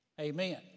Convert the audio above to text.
Amen